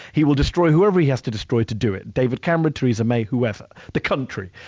he will destroy whoever he has to destroy to do it, david cameron, theresa may, whoever, the country.